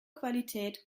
qualität